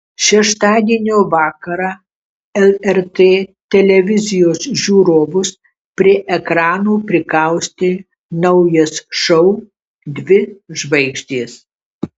šeštadienio vakarą lrt televizijos žiūrovus prie ekranų prikaustė naujas šou dvi žvaigždės